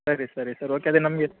ಸರಿ ಸರಿ sir okay ಅದೆ ನಮಗೆ